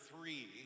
three